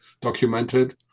documented